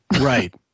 Right